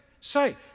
Say